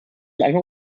lange